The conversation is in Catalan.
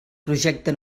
projecte